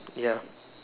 ya